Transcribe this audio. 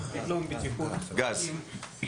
גז.